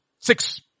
Six